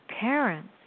parents